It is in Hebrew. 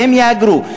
והם יהגרו.